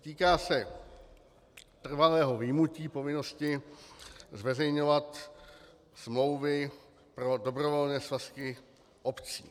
Týká se trvalého vyjmutí povinnosti, zveřejňovat smlouvy pro dobrovolné svazky obcí.